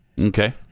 Okay